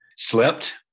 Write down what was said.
Slept